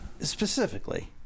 specifically